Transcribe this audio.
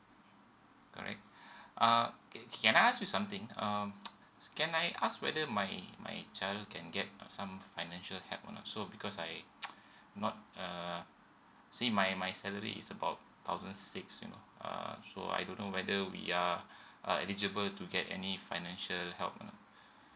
correct uh okay can I ask you something um can I ask whether my my child can get uh some financial help on also because I not uh see my my salary is about thousand six you know uh so I don't know whether we are uh eligible to get any financial help you know